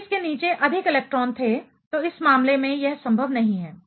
यदि इसके नीचे अधिक इलेक्ट्रॉन थे तो इस मामले में यह संभव नहीं है